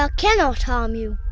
ah cannot harm you.